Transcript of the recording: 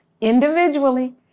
individually